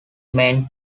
main